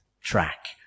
track